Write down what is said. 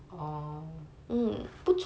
orh